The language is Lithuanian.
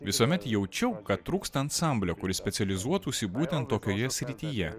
visuomet jaučiau kad trūksta ansamblio kuris specializuotųsi būtent tokioje srityje